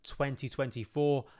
2024